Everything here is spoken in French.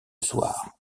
soir